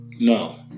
No